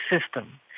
system